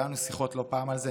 היו לנו שיחות לא פעם על זה,